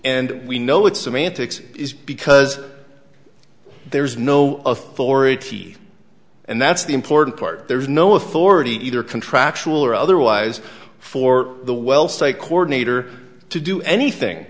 and we know it's semantics is because there's no authority and that's the important part there's no authority either contractual or otherwise for the well state coordinator to do anything